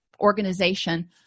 organization